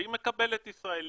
והיא מקבלת ישראלים.